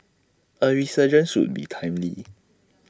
A resurgence would be timely